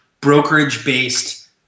brokerage-based